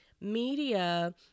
media